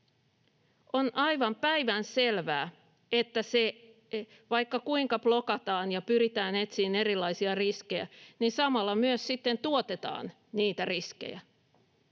on aivan päivänselvää, että vaikka kuinka blokataan ja pyritään etsimään erilaisia riskejä, niin samalla myös sitten tuotetaan niitä riskejä.